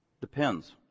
Depends